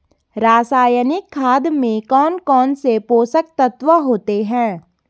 रासायनिक खाद में कौन कौन से पोषक तत्व होते हैं?